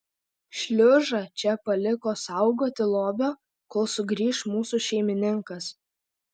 šliužą čia paliko saugoti lobio kol sugrįš mūsų šeimininkas